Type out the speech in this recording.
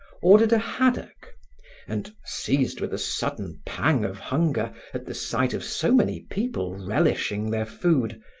ordered a haddock and, seized with a sudden pang of hunger at the sight of so many people relishing their food,